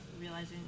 realizing